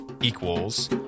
equals